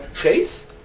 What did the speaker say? Chase